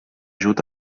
ajut